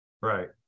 Right